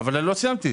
אני לא סיימתי.